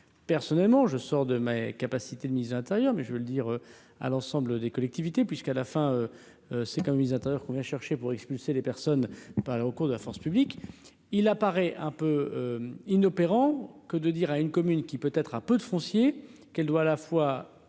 Personnellement, je sors de mes capacités, le ministre de l'Intérieur, mais je veux le dire à l'ensemble des collectivités, puisqu'à la fin c'est intérieurs qu'on vient chercher pour expulser les personnes par au cours de la force publique, il apparaît un peu. Inopérant que de dire à une commune qui peut être à peu de foncier qu'elle doit à la fois